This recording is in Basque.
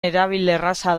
erabilerraza